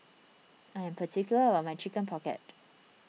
I am particular about my Chicken Pocket